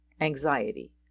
anxiety